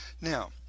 Now